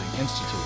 Institute